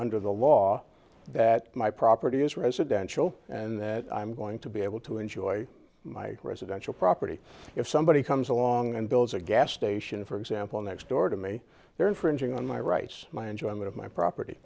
the law that my property is residential and that i'm going to be able to enjoy my residential property if somebody comes along and builds a gas station for example next door to me they're infringing on my rights my enjoyment of my property